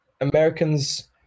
americans